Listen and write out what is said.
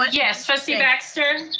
ah yes, trustee baxter.